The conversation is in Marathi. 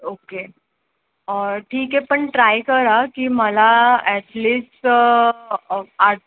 ओके ठीक आहे पण ट्राय करा की मला ॲटलिस्ट आठ